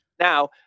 Now